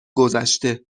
گذشته